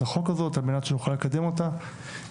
החוק הזאת על מנת שנוכל לקדם אותה במהירות.